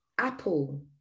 Apple